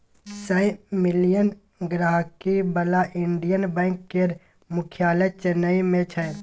सय मिलियन गांहिकी बला इंडियन बैंक केर मुख्यालय चेन्नई मे छै